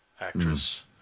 actress